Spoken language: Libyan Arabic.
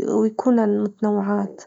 ويكونن متنوعات.